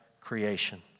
creation